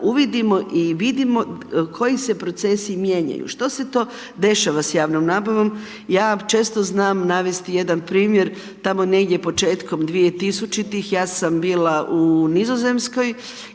uvidimo i vidimo koje se procesi mijenjaju, što se to dešava sa javnom nabavom, ja često znam navesti jedan primjer tamo negdje početkom 2000-ih ja sam bila u Nizozemskoj